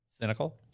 cynical